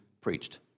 preached